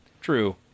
true